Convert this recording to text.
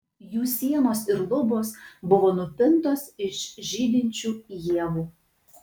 jų sienos ir lubos buvo nupintos iš žydinčių ievų